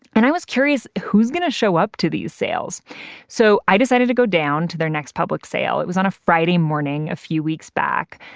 and i was curious, who's going to show up to these sales so i decided to go down to their public sale. it was on a friday morning a few weeks back,